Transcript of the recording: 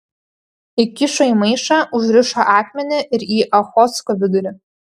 įkišo į maišą užrišo akmenį ir į ochotsko vidurį